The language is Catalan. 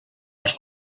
els